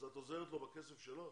אז את עוזרת לו בכסף שלו?